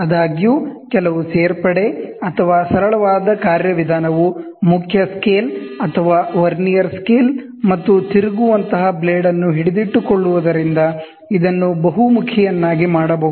ಆದಾಗ್ಯೂ ಕೆಲವು ಸೇರ್ಪಡೆ ಅಥವಾ ಸರಳವಾದ ಕಾರ್ಯವಿಧಾನವು ಮುಖ್ಯ ಸ್ಕೇಲ್ ಅಥವಾ ವರ್ನಿಯರ್ ಸ್ಕೇಲ್ ಮತ್ತು ತಿರುಗುವಂತಹ ಬ್ಲೇಡ್ ಅನ್ನು ಹಿಡಿದಿಟ್ಟುಕೊಳ್ಳುವದರಿಂದ ಇದನ್ನು ಬಹುಮುಖಿ ಯನ್ನಾಗಿ ಮಾಡಬಹುದು